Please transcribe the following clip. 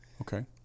Okay